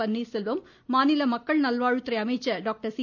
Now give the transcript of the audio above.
பன்னீர செல்வம் மாநில மக்கள் நல்வாழ்வுத்துறை அமைச்சர் டாக்டர் சி